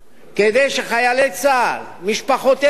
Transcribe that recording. כדי שחיילי צה"ל, משפחותיהם,